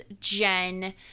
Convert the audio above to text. Jen